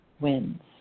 wins